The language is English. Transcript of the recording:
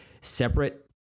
separate